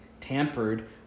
tampered